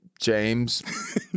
James